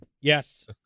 Yes